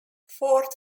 fort